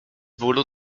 bólu